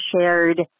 shared